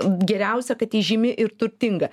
geriausia kad įžymi ir turtinga